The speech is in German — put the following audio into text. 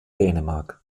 dänemark